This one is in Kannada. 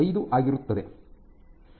95 ಆಗಿರುತ್ತದೆ